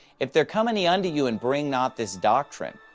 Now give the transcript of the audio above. if there come any unto you, and bring not this doctrine,